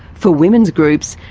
for women's groups,